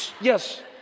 yes